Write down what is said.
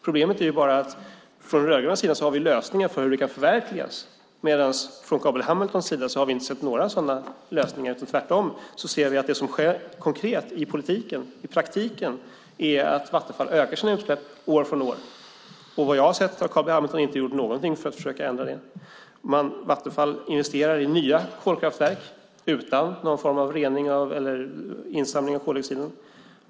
Skillnaden är att vi på den rödgröna sidan har lösningar för hur det kan förverkligas medan man på Carl B Hamiltons sida inte har några sådana lösningar. Tvärtom ser vi att det som sker i praktiken är att Vattenfall ökar sina utsläpp år för år. Efter vad jag har sett har Carl B Hamilton inte gjort något för att försöka ändra det. Vattenfall investerar i nya kolkraftverk utan insamling av koldioxid.